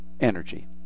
energy